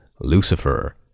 Lucifer